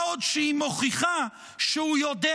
מה עוד שהיא מוכיחה שהוא יודע,